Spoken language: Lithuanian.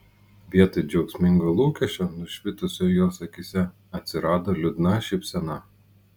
vietoj džiaugsmingo lūkesčio nušvitusio jos akyse atsirado liūdna šypsena